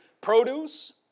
produce